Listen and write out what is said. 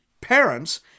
parents